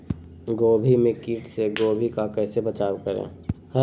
गोभी के किट से गोभी का कैसे बचाव करें?